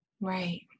Right